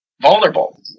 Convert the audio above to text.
vulnerable